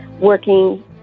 working